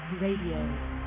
Radio